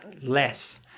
less